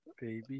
Baby